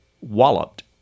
walloped